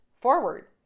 forward